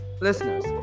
listeners